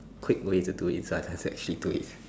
quick way to do it so I don't have to actually do it